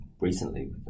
recently